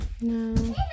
No